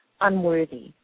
unworthy